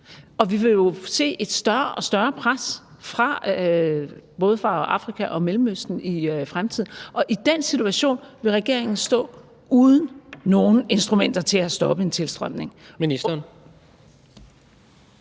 Vi vil jo se et større og større pres fra både Afrika og Mellemøsten i fremtiden, og i den situation vil regeringen stå uden nogen instrumenter til at stoppe en tilstrømning.